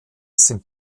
sind